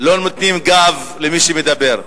לא נותנים גב למי שמדבר.